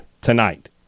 tonight